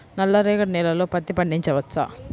నల్ల రేగడి నేలలో పత్తి పండించవచ్చా?